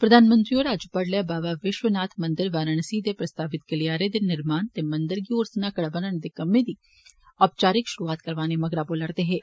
प्रधानमंत्री होर अज्ज बड्डलै बाबा विष्व नाथ मंदर वाराणसी दे प्रस्तावित गलियारे दे निर्माण ते मंदरै गी होर सनाइकड़ा बनाने दे कम्मै दी औपचारिक षुरुआत करवाने मगरा बोला रदे हे